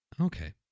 Okay